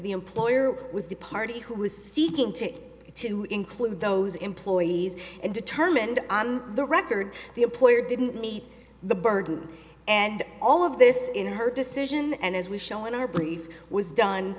the employer was the party who was seeking to to include those employees and determined on the record the employer didn't meet the burden and all of this in her decision and as was shown in our brief was done